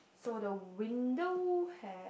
so the window has